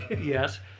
Yes